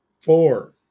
Four